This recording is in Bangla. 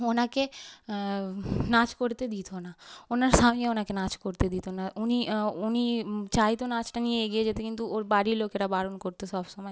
ওনাকে নাচ করতে দিত না ওনার স্বামী ওনাকে নাচ করতে দিত না উনি উনি চাইত নাচটা নিয়ে এগিয়ে যেতে কিন্তু ওর বাড়ির লোকেরা বারণ করত সব সময়